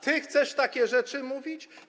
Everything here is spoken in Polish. Ty chcesz takie rzeczy mówić?